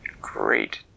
great